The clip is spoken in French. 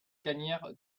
gagnaire